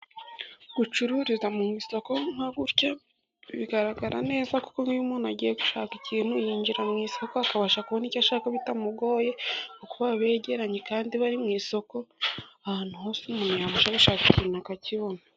Gucururiza mu isoko nkuku bigaragara neza kuko iyo umuntu agiye gushaka ikintu yinjira mu isoko, akabasha kubona icyo ashaka bitamugoye kuko baba begeranye, kandi bari mu isoko ahantu hose. Umuntu yajya gushaka ikintu akakibona.